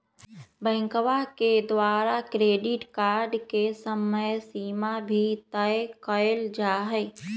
बैंकवा के द्वारा क्रेडिट कार्ड के समयसीमा भी तय कइल जाहई